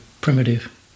primitive